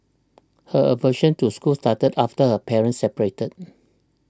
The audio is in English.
her aversion to school started after her parents separated